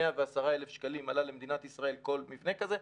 110,000 שקלים עלה למדינת ישראל כל מבנה כזה,